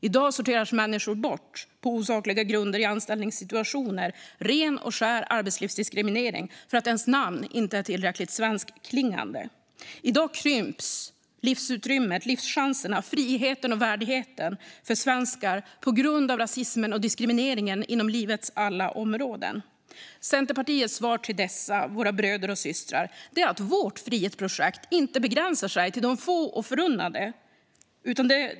I dag sorteras människor bort på osakliga grunder i anställningssituationer - ren och skär arbetslivsdiskriminering - för att deras namn inte är tillräckligt svenskklingande. I dag krymps livsutrymmet och livschanserna, friheten och värdigheten för svenskar på grund av rasismen och diskrimineringen inom livets alla områden. Centerpartiets svar till dessa, våra bröder och systrar, är att vårt frihetsprojekt inte begränsar sig till de få och förunnade.